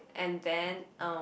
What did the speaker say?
and then uh